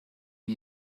شام